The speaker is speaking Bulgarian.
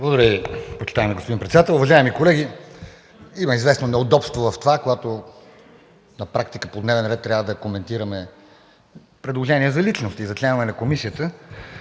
Благодаря Ви, почитаеми господин Председател. Уважаеми колеги, има известно неудобство в това, когато на практика по дневен ред трябва да коментираме предложения за личности за членове на Комисията,